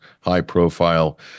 high-profile